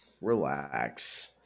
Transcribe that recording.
relax